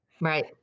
Right